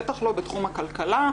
בטח לא בתחום הכלכלה,